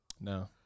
No